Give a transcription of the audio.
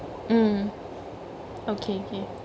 mm okay okay